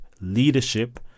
leadership